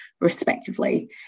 respectively